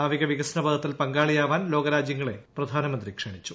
നാവിക വികസന പഥത്തിൽ പങ്കാളിയാവാൻ ലോകരാജൃങ്ങളെ പ്രധാനമന്ത്രി ക്ഷണിച്ചു